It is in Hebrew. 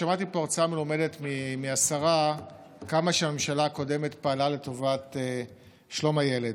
שמעתי פה הרצאה מלומדת מהשרה כמה שהממשלה הקודמת פעלה לטובת שלום הילד.